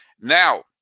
Now